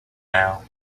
now